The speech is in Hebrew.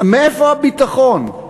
מאיפה הביטחון?